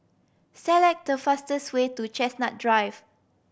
select the fastest way to Chestnut Drive